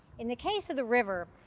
in the case of the river,